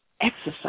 exercise